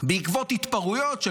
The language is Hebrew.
בעקבות התפרעויות של